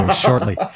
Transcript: shortly